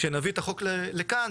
כשנביא את החוק לכאן,